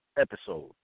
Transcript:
episode